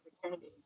opportunities